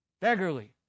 beggarly